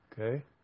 Okay